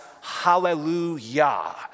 hallelujah